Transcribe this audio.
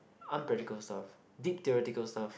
unpractical stuff deep theoretical stuff